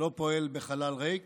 שלא פועל בחלל ריק